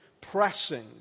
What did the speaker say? pressing